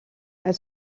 elle